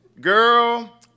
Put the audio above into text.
Girl